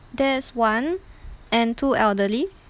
there's one and two elderly